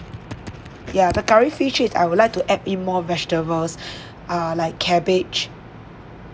ya the curry fish head I would like to add in more vegetables ah like cabbage